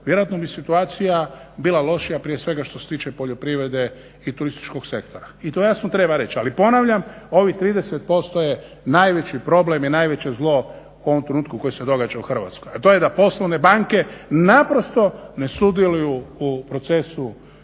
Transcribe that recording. vjerojatno bi situacija bila lošija prije svega što se tiče poljoprivrede i turističkog sektora i to jasno treba reći. Ali ponavljam ovih 30% je najveći problem i najveće zlo u ovom trenutku koje se događa u Hrvatsko, a to je da poslovne banke naprosto ne sudjeluju u procesu